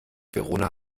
verona